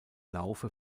laufe